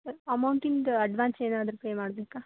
sir ಅಮೌಂಟಿಂದು advance ಏನಾದರೂ pay ಮಾಡಬೇಕಾ